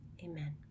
Amen